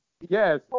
Yes